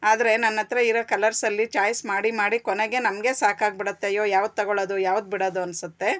ಆದರೆ ನನ್ನ ಹತ್ರ ಇರೋ ಕಲರ್ಸಲ್ಲಿ ಚಾಯ್ಸ್ ಮಾಡಿ ಮಾಡಿ ಕೊನೆಗೆ ನಮಗೆ ಸಾಕಾಗ್ಬಿಡುತ್ತೆ ಅಯ್ಯೋ ಯಾವುದು ತೊಗೊಳ್ಳೋದು ಯಾವ್ದು ಬಿಡೋದು ಅನ್ನಿಸುತ್ತೆ